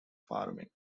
farming